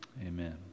Amen